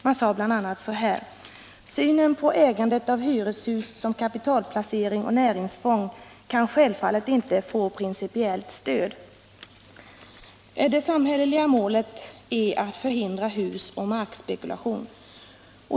Man sade bl.a.: ”Synen på ägandet av hyreshus som kapitalplacering och näringsfång kan självfallet inte få principiellt stöd.” Det samhälleliga målet är att förhindra husoch markspekulation.